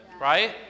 Right